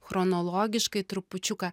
chronologiškai trupučiuką